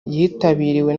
yitabiriwe